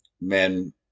men